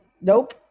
nope